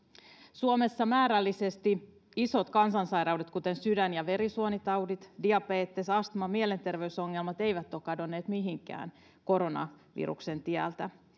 suomessa määrällisesti isot kansansairaudet kuten sydän ja verisuonitaudit diabetes astma ja mielenterveysongelmat eivät ole kadonneet mihinkään koronaviruksen tieltä